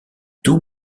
tout